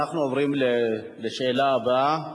אנחנו עוברים לשאלה הבאה.